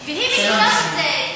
היא מכירה בזה.